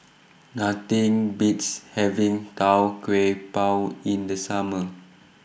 Nothing Beats having Tau Kwa Pau in The Summer